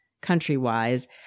country-wise